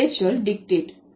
வேர்ச்சொல் டிக்டேட்